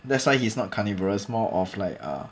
that's why he's not carnivorous more of like uh